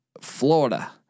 Florida